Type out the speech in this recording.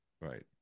right